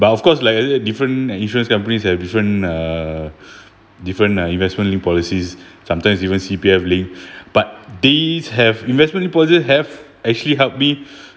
but of course like different insurance companies have different uh different uh investment linked policies sometimes even C_P_F link but these have investment policy have actually helped me